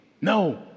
No